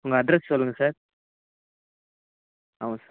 உங்கள் அட்ரஸ் சொல்லுங்க சார் ஆமாம் சார்